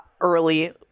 early